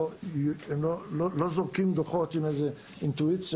הם לא זורקים דוחות עם איזו אינטואיציה